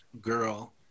girl